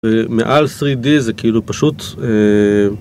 ומעל 3D זה כאילו פשוט אה...